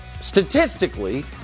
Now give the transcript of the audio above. statistically